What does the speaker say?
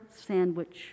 sandwich